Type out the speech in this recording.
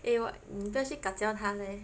eh 我你不回去 kacau 他 meh